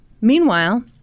Meanwhile